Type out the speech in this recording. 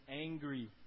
angry